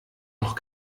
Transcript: doch